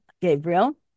Gabriel